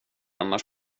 annars